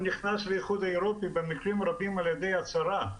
הוא נכנס לאיחוד האירופי במקרים רבים על ידי הצהרה,